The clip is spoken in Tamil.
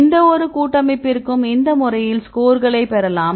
எந்த ஒரு கூட்டமைப்பிற்கும் இந்த முறையில் ஸ்கோர்களை பெறலாம்